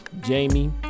Jamie